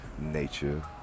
nature